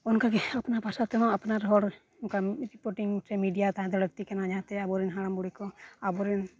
ᱚᱱᱠᱟᱜᱮ ᱟᱯᱱᱟᱨ ᱵᱷᱟᱥᱟ ᱛᱮ ᱦᱚᱸ ᱟᱯᱱᱟᱨ ᱦᱚᱲ ᱚᱱᱠᱟᱱ ᱨᱤᱯᱳᱴᱤᱝ ᱥᱮ ᱢᱤᱰᱤᱭᱟ ᱫᱚ ᱛᱟᱦᱮᱱ ᱫᱚ ᱞᱟᱹᱠᱛᱤ ᱠᱟᱱᱟ ᱡᱟᱦᱟᱸᱛᱮ ᱟᱵᱚ ᱨᱮᱱ ᱦᱟᱲᱟᱢᱼᱵᱩᱲᱦᱤ ᱠᱚ ᱟᱵᱚ ᱨᱮᱱ